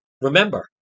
remember